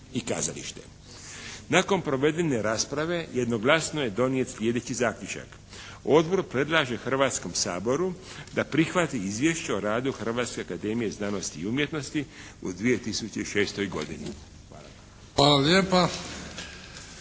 Nakon provedene rasprave jednoglasno je donijet sljedeći zaključak: Odbor predlaže Hrvatskom saboru da prihvati Izvješće o radu Hrvatske akademije znanosti i umjetnosti u 2006. godini. Hvala. **Bebić,